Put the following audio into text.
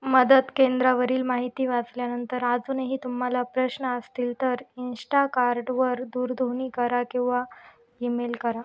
मदत केंद्रावरील माहिती वाचल्यानंतर अजूनही तुम्हाला प्रश्न असतील तर इंश्टाकार्टवर दूरध्वनी करा किंवा ईमेल करा